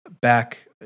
back